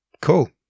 Cool